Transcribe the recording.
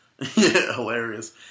Hilarious